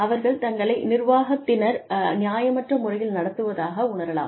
அவர்கள் தங்களை நிர்வாகத்தினர் நியாயமற்ற முறையில் நடத்துவதாக உணரலாம்